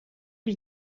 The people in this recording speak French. lui